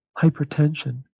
hypertension